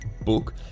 book